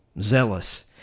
zealous